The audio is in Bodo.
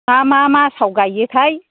मा मा मासआव गायोथाय